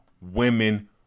women